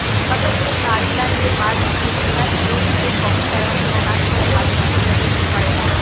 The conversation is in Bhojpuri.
फसल के काटला के बाद खेतिहर लोग के बहुत तरह से अनाज के बर्बादी के सहे के पड़ेला